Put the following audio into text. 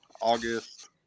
August